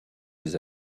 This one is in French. des